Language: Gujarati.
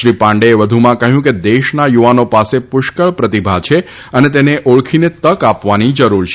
શ્રી પાંતેએ વધુમાં કહ્યું હતું કે દેશના યુવાનો પાસે પુષ્કળ પ્રતિભા છે અને તેને ઓળખીને તક આપવાની જરૂર છે